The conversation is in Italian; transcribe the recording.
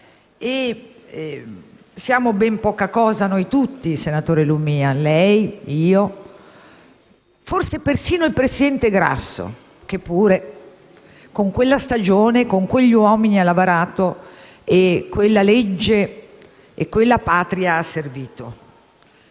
E siamo ben poca cosa noi tutti, senatore Lumia, lei, io, forse persino il presidente Grasso che pure con quella stagione, con quegli uomini, ha lavorato e quella legge e quella patria ha servito.